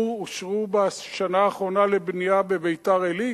אושרו בשנה האחרונה לבנייה בביתר-עילית?